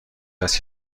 است